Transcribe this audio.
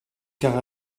car